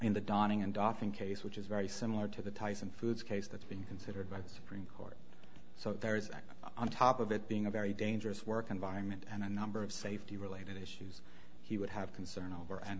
in the dawning and doffing case which is very similar to the tyson foods case that's being considered by the supreme court so there is that on top of it being a very dangerous work environment and a number of safety related issues he would have concern over and